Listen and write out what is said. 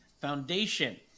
Foundation